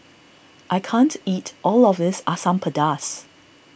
I can't eat all of this Asam Pedas